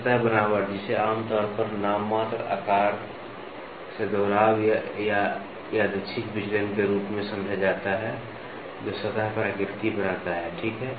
सतह बनावट इसे आम तौर पर नाममात्र आकार से दोहराव या यादृच्छिक विचलन के रूप में समझा जाता है जो सतह पर आकृति बनाता है ठीक है